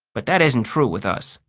but that isn't true with us.